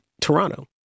Toronto